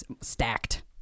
stacked